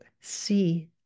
see